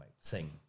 sing